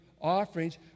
offerings